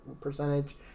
percentage